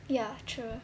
ya true